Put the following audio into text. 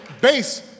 base